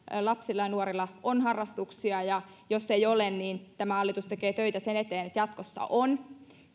lapsilla ja nuorilla on harrastuksia ja jos ei ole niin tämä hallitus tekee töitä sen eteen että jatkossa kaikilla on